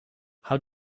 how